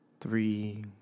three